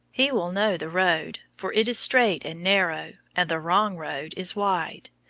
he will know the road, for it is strait and narrow and the wrong road is wide.